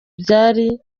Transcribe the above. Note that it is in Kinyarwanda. byari